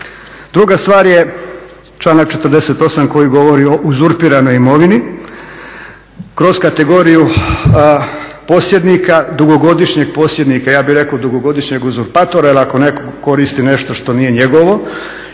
Druga stvar je, članak 48. koji govori o uzurpiranoj imovini kroz kategoriju posjednika, dugogodišnjeg posjednika, ja bih rekao dugogodišnjeg uzurpatora jer ako netko koristi nešto što nije njegovo